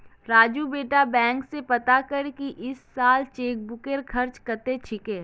राजू बेटा बैंक स पता कर की इस साल चेकबुकेर खर्च कत्ते छेक